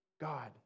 God